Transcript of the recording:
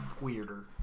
weirder